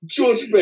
George